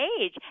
age